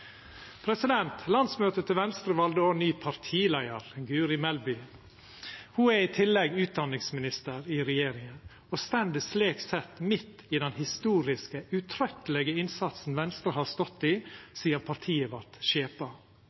Landsmøtet til Venstre valde òg ny partileiar, Guri Melby. Ho er i tillegg utdanningsminister i regjeringa og står slik sett midt i den historiske, utrøyttelege innsatsen Venstre har stått i sidan partiet vart